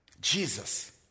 Jesus